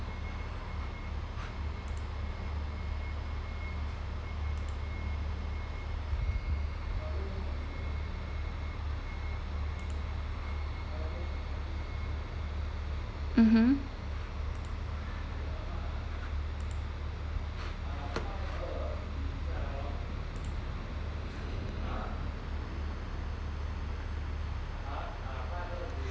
mmhmm